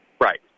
Right